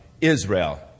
Israel